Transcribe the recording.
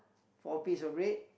four piece of bread